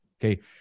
Okay